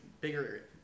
bigger